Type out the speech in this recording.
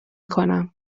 کنم